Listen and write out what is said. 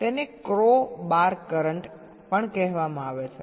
તેને crowbar current પણ કહેવામાં આવે છે